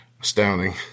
astounding